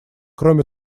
кроме